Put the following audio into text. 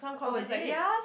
oh is it